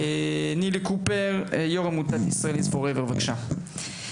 נילי, יו״ר עמותת ‘ISRAEL IS FOREVER’, בבקשה.